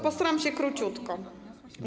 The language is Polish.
Postaram się króciutko.